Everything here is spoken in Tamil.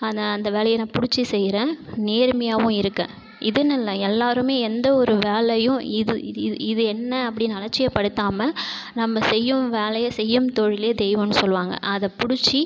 அதான் அந்த வேலையை நான் பிடிச்சி செய்கிறேன் நேர்மையாகவும் இருக்கேன் இதுன்னு இல்லை எல்லாருமே எந்த ஒரு வேலையும் இது இது இது இது என்ன அப்படின்னு அலட்சியப்படுத்தாமல் நம்ம செய்யும் வேலையை செய்யும் தொழிலே தெய்வம்னு சொல்லுவாங்க அதை பிடிச்சி